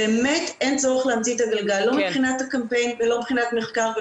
באמת אין צורך להמציא את הגלגל לא מבחינת הקמפיין ולא מבחינת מחקר.